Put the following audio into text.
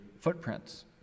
footprints